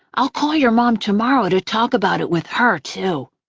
i'll call your mom tomorrow to talk about it with her, too.